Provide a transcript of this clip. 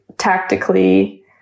tactically